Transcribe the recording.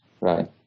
right